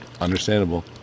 understandable